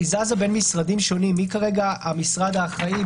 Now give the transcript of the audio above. היא זזה בין משרדים שונים, מי כרגע המשרד האחראי?